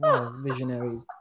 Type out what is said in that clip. visionaries